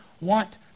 want